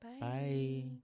Bye